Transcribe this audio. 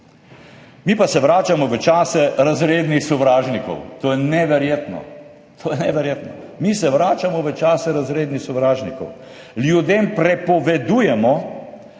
Mi pa se vračamo v čase razrednih sovražnikov. To je neverjetno! To je neverjetno. Mi se vračamo v čase razrednih sovražnikov. Ljudem prepovedujemo,